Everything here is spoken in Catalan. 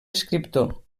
escriptor